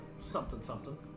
something-something